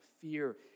fear